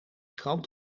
krant